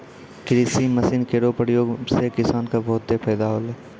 कृषि मसीन केरो प्रयोग सें किसान क बहुत फैदा होलै